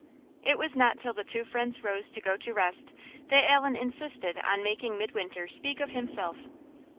it was not till the two friends rose to go to rest that allan insisted on making midwinter speak of himself.